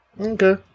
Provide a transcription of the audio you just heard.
Okay